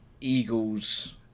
Eagles